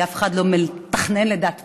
כי אף אחד לא מתכנן לידת פג,